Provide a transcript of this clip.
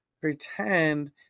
pretend